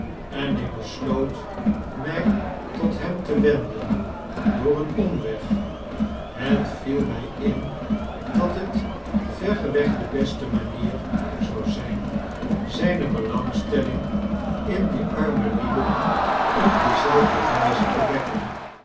en ik besloot my tot hem te wenden door een omweg het vielmyin dathetverreweg de beste manier zou zyn zyne belangstelling in die arme lieden op dezelfde wijze te wekken